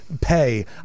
pay